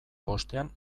bostean